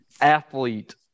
athlete